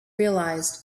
realized